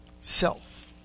self